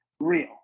real